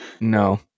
No